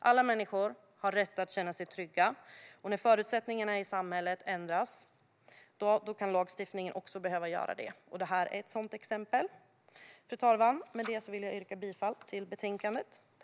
Alla människor har rätt att känna sig trygga, och när förutsättningarna i samhället ändras kan lagstiftningen också behöva göra det. Det här är ett sådant exempel. Fru talman! Med det yrkar jag bifall till förslaget i betänkandet.